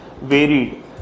varied